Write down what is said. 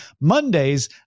Mondays